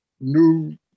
new